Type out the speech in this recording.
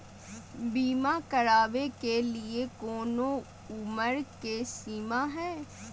बीमा करावे के लिए कोनो उमर के सीमा है?